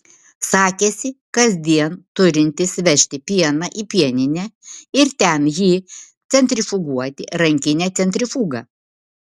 sakėsi kasdien turintis vežti pieną į pieninę ir ten jį centrifuguoti rankine centrifuga